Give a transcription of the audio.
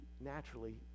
naturally